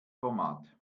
format